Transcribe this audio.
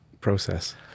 process